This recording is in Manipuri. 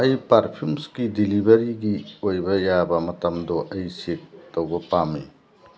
ꯑꯩ ꯄꯥꯔꯐ꯭ꯌꯨꯝꯁꯒꯤ ꯗꯤꯂꯤꯕꯔꯤꯒꯤ ꯑꯣꯏꯕ ꯌꯥꯕ ꯃꯇꯝꯗꯨ ꯑꯩ ꯆꯦꯛ ꯇꯧꯕ ꯄꯥꯝꯃꯤ